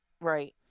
Right